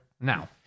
Now